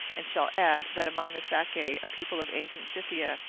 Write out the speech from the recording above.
and shall add, that among the sacae, a people of ancient scythia,